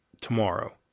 tomorrow